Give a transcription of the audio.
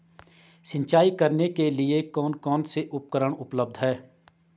सिंचाई करने के लिए कौन कौन से उपकरण उपलब्ध हैं?